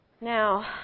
Now